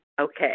Okay